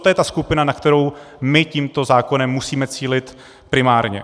To je ta skupina, na kterou my tímto zákonem musíme cílit primárně.